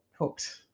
hooked